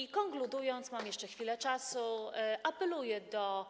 I, konkludując, mam jeszcze chwilę czasu, apeluję do